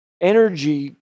energy